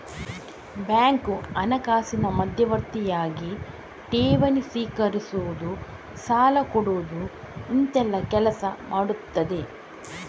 bank ಹಣಕಾಸಿನ ಮಧ್ಯವರ್ತಿಯಾಗಿ ಠೇವಣಿ ಸ್ವೀಕರಿಸುದು, ಸಾಲ ಕೊಡುದು ಇಂತೆಲ್ಲ ಕೆಲಸ ಮಾಡ್ತದೆ